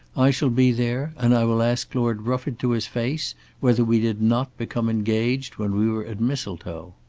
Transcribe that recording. i shall be there and i will ask lord rufford to his face whether we did not become engaged when we were at mistletoe.